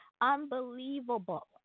unbelievable